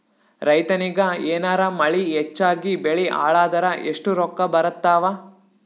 ರೈತನಿಗ ಏನಾರ ಮಳಿ ಹೆಚ್ಚಾಗಿಬೆಳಿ ಹಾಳಾದರ ಎಷ್ಟುರೊಕ್ಕಾ ಬರತ್ತಾವ?